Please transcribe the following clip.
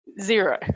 Zero